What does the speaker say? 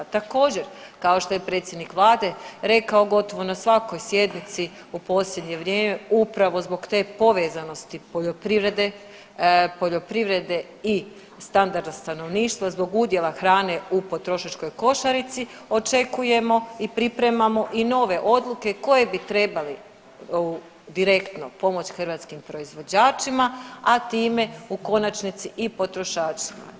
Također kao što je predsjednik vlade rekao gotovo na svakoj sjednici u posljednje vrijeme upravo zbog te povezanosti poljoprivrede, poljoprivrede i standarda stanovništva zbog udjela hrane u potrošačkoj košarici očekujemo i pripremamo i nove odluke koje bi trebale direktno pomoć hrvatskim proizvođačima, a time u konačnici i potrošačima.